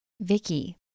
Vicky